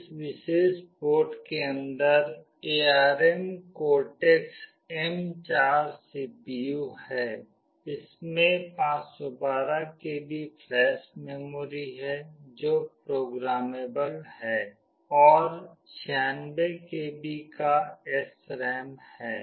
इस विशेष बोर्ड के अंदर एआरएम कोर्टेक्स एम4 सीपीयू है इसमें 512 KB फ्लैश मेमोरी है जो प्रोग्रामेबल है और 96 KB का SRAM है